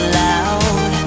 loud